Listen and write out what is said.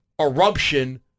eruption